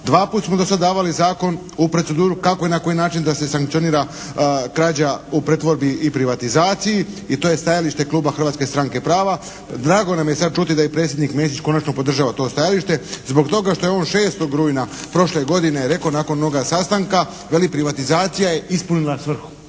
Dva puta smo do sada davali zakon u proceduru kako i na koji način da se sankcionira krađa u pretvorbi i privatizaciji i to je stajalište kluba Hrvatske stranke prava. Drago nam je sad čuti da i predsjednik Mesić konačno podržava to stajalište zbog toga što je on 6. rujna prošle godine rekao nakon onoga sastanka, veli privatizacija je ispunila svrhu,